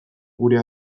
gure